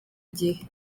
gihe